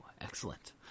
Excellent